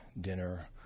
dinner